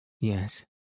yes